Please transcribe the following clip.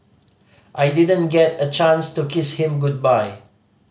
I didn't get a chance to kiss him goodbye